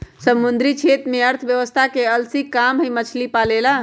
समुद्री क्षेत्र में अर्थव्यवस्था के असली काम हई मछली पालेला